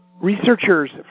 researchers